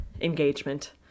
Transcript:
engagement